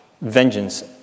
vengeance